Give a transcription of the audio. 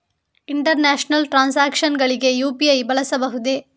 International transactions ಗಳಿಗೆ UPI ಬಳಸಬಹುದೇ?